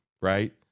right